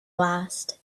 last